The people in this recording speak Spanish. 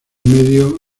medio